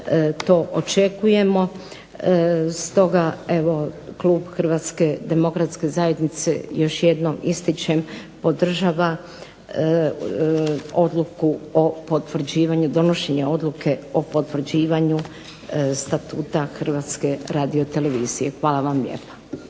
to očekujemo stoga Klub Hrvatske demokratske zajednice evo još jednom ističem podržava odluku o potvrđivanju, donošenje Odluke o potvrđivanju Statuta Hrvatske radiotelevizije. Hvala vam lijepa.